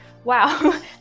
wow